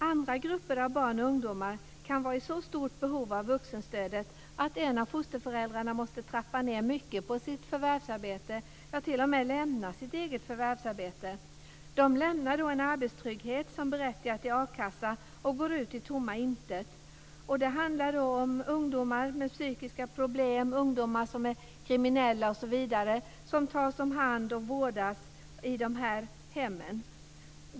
Andra grupper av barn och ungdomar kan vara i så stort behov av vuxenstödet att en av fosterföräldrarna måste trappa ned mycket på eller t.o.m. lämna sitt eget förvärvsarbete. De lämnar då en arbetstrygghet som berättigar till a-kassa och går ut i tomma intet. Det gäller ungdomar med psykiska problem, kriminella ungdomar osv., som tas om hand och vårdas i dessa hem.